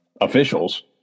officials